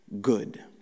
good